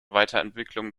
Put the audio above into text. weiterentwicklung